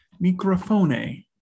microphone